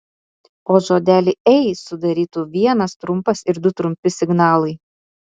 o žodelį ei sudarytų vienas trumpas ir du trumpi signalai